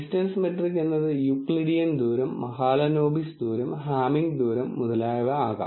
distance metric എന്നത് Euclidean ദൂരം മഹാലനാബിസ് ദൂരം ഹാമിംഗ് ദൂരം മുതലായവ ആകാം